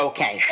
Okay